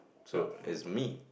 so it's me